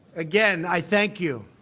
again, i thank you.